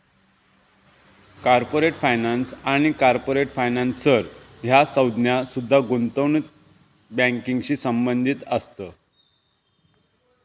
corporate finance आणि corporate financer ह्या संज्ञा सुद्धा गुंतवणूक बँकिंगशी संबंधित असत